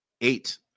Eight